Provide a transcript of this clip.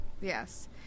yes